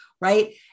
right